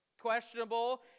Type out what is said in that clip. questionable